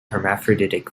hermaphroditic